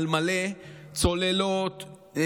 על מלא: צוללות,